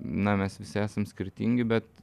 na mes visi esam skirtingi bet